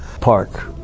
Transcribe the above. park